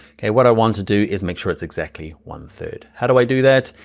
okay, what i want to do is make sure it's exactly one third. how do i do that?